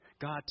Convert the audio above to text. God